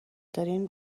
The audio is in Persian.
دارین